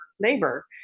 labor